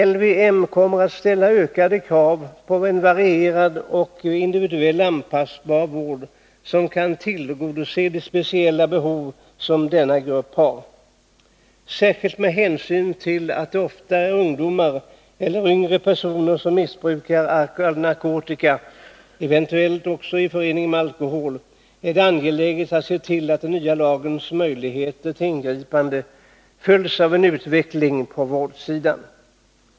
LYM kommer att ställa ökade krav på en varierad och individuellt anpassbar vård, som kan tillgodose de speciella behov som denna grupp har. Särskilt med hänsyn till att det ofta är ungdomar eller yngre personer som missbrukar narkotika, eventuellt i förening med alkohol, är det angeläget att se till att den nya lagens möjligheter till ingripande följs av en utveckling på vårdsidan.